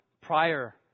prior